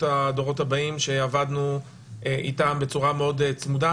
הדורות הבאים שעבדנו איתם בצורה מאוד צמודה.